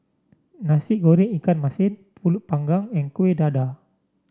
Nasi Goreng Ikan Masin pulut Panggang and Kueh Dadar